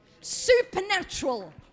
Supernatural